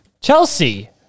Chelsea